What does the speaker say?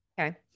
Okay